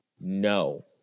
no